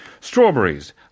Strawberries